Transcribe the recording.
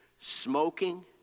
smoking